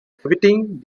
everything